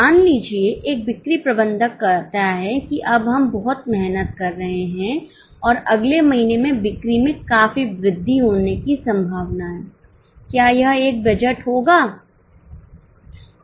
मान लीजिए एक बिक्री प्रबंधक कहता है कि अब हम बहुत मेहनत कर रहे हैं और अगले महीने में बिक्री में काफी वृद्धि होने की संभावना है क्या यह एक बजट होगा